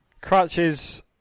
Crutches